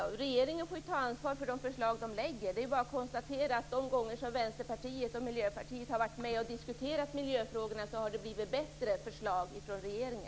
Regeringen får ju ta ansvar för de förslag man lägger fram. Det är bara att konstatera att de gånger som Vänsterpartiet och Miljöpartiet har varit med och diskuterat miljöfrågorna har regeringens förslag blivit bättre.